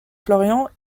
florian